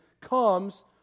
comes